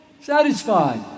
Satisfied